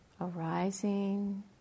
arising